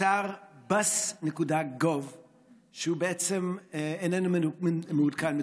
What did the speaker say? אתר bus.gov איננו מעודכן.